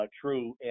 true